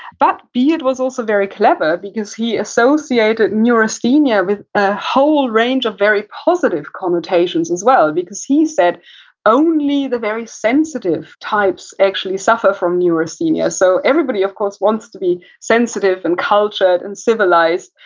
but beard was also very clever because he associated neurasthenia with a whole range of very positive connotations as well, because he said only the very sensitive types actually suffer from neurasthenia. so, everybody of course wants to be sensitive and cultured and civilized.